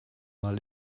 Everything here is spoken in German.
mal